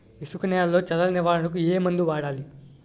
ఇసుక నేలలో చదల నివారణకు ఏ మందు వాడాలి?